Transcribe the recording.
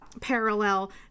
parallel